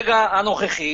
ברגע הנוכחי,